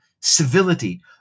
civility